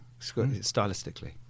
stylistically